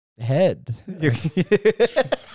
Head